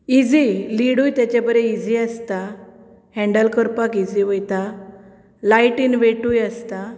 easy लिडूय तेजें बरें इजी आसता हेंन्डल करपाक इजी वयता लायट इन व्हेटूय आसता